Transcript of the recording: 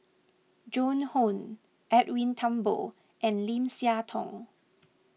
Joan Hon Edwin Thumboo and Lim Siah Tong